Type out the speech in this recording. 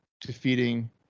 defeating